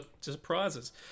surprises